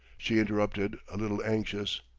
she interrupted, a little anxious.